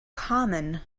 common